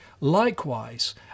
Likewise